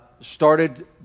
started